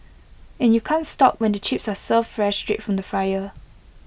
and you can't stop when the chips are served fresh straight from the fryer